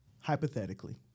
Hypothetically